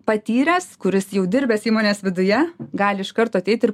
patyręs kuris jau dirbęs įmonės viduje gali iš karto ateiti ir